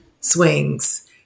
swings